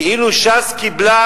כאילו ש"ס קיבלה,